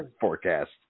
forecast